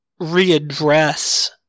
readdress